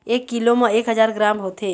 एक कीलो म एक हजार ग्राम होथे